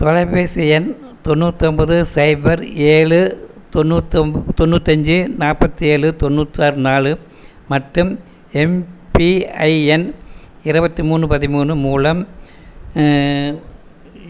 தொலைபேசி எண் தொண்ணூத்தொம்போது சைபர் ஏழு தொண்ணூத்தொம் தொண்ணூத்தஞ்சு நாற்பத்தி ஏழு தொண்ணூற்றி ஆறு நாலு மற்றும் எம்பிஐஎன் இருபத்தி மூணு பதிமூணு மூலம்